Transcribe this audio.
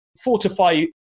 fortify